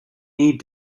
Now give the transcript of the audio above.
need